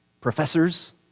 Professors